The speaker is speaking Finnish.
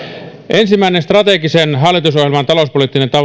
ensimmäinen strategisen hallitusohjelman talouspoliittinen